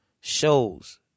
shows